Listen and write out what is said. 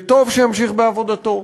וטוב שימשיך בעבודתו,